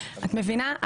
את מבינה?